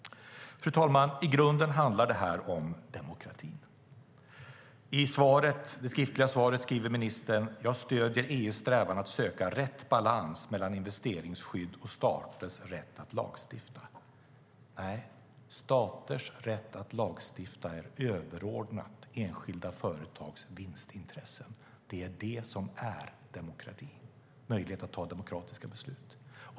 Fru talman! I grunden handlar det här om demokrati. I svaret skriver ministern att hon stöder "EU:s strävan att söka rätt balans mellan investeringsskydd och staters rätt att lagstifta". Nej, staters rätt att lagstifta är överordnad enskilda företags vinstintresse. Det är det som är demokrati - möjligheten att fatta demokratiska beslut.